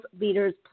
leaders